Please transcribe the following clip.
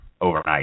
overnight